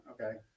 Okay